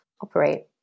operate